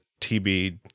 TB